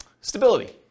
stability